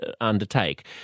undertake